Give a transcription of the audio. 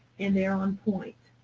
and they are on point.